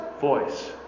voice